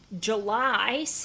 July